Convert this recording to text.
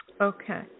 Okay